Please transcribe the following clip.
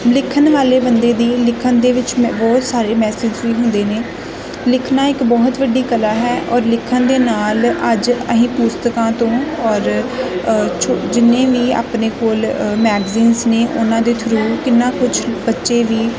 ਲਿਖਣ ਵਾਲੇ ਬੰਦੇ ਦੀ ਲਿਖਣ ਦੇ ਵਿੱਚ ਮੈਂ ਬਹੁਤ ਸਾਰੇ ਮੈਸੇਜ ਵੀ ਹੁੰਦੇ ਨੇ ਲਿਖਣਾ ਇੱਕ ਬਹੁਤ ਵੱਡੀ ਕਲਾ ਹੈ ਔਰ ਲਿਖਣ ਦੇ ਨਾਲ ਅੱਜ ਅਸੀਂ ਪੁਸਤਕਾਂ ਤੋਂ ਔਰ ਛੋ ਜਿੰਨੇ ਵੀ ਆਪਣੇ ਕੋਲ ਮੈਗਜ਼ੀਨਸ ਨੇ ਉਹਨਾਂ ਦੇ ਥਰੂ ਕਿੰਨਾ ਕੁਛ ਬੱਚੇ ਵੀ